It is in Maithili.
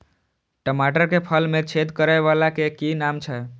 टमाटर के फल में छेद करै वाला के कि नाम छै?